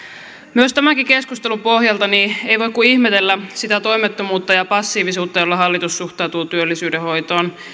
myös tämänkin keskustelun pohjalta ei voi kuin ihmetellä sitä toimettomuutta ja passiivisuutta jolla hallitus suhtautuu työllisyyden hoitoon